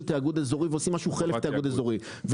תיאגוד אזורי ועושים משהו שהוא חלק מתיאגדות אזורי,